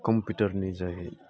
कम्पिउटारनि जाय